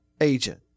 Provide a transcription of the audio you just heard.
agent